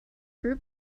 group